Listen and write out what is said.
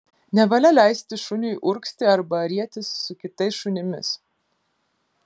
nevalia leisti šuniui urgzti arba rietis su kitais šunimis